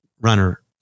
runner